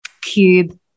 cube